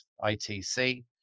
ITC